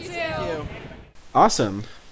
Awesome